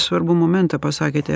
svarbų momentą pasakėte